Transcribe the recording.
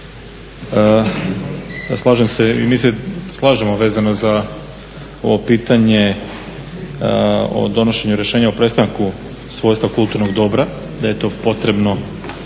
slažemo vezano za ovo pitanje o donošenju rješenja o prestanku svojstva kulturnog dobra, da je potrebno